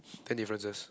ten differences